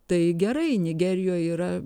tai gerai nigerijoj yra